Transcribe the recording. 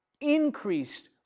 increased